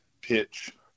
pitch